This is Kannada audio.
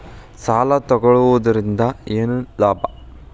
ಸಾಲ ತಗೊಳ್ಳುವುದರಿಂದ ಏನ್ ಲಾಭ?